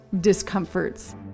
discomforts